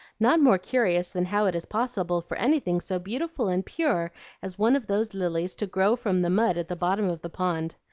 not more curious than how it is possible for anything so beautiful and pure as one of those lilies to grow from the mud at the bottom of the pond.